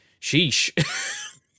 sheesh